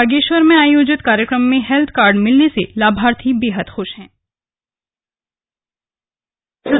बागेश्वर में आयोजित कार्यक्रम में हेल्थ कार्ड मिलने से लाभार्थी बेहद खुश दिखे